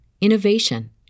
innovation